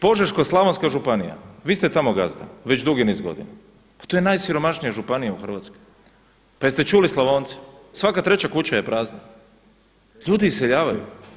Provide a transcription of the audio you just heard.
Požeško-slavonska županija, vi ste tamo gazda već dugi niz godina, pa to je najsiromašnija županija u Hrvatskoj, pa jeste čuli Slavonce, svaka treća kuća je prazna, ljudi iseljavaju.